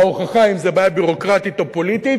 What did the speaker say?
ההוכחה, אם זו בעיה ביורוקרטית או פוליטית,